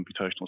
computational